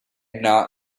edna